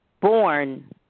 Born